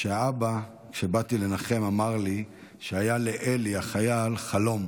שכשבאתי לנחם, אמר לי האבא שהיה לאלי החייל חלום